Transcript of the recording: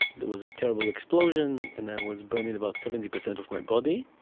there was a terrible explosion and i was burning about seventy percent of my body